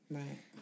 right